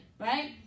Right